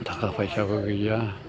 थाखा फैसाबो गैया